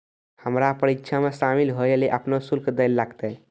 हमरा परीक्षा मे शामिल होय लेली अपनो शुल्क दैल लागतै